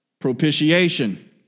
propitiation